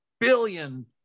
billion